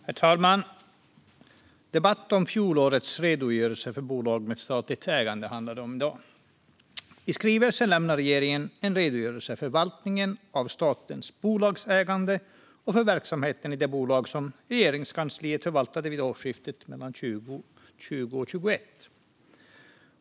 Herr talman! Debatten i dag handlar om fjolårets redogörelse för bolag med statligt ägande. Regeringen har lämnat en skrivelse med en redogörelse för förvaltningen av statens bolagsägande och för verksamheten i de bolag som Regeringskansliet förvaltade vid årsskiftet 2020/21.